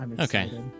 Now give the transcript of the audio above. okay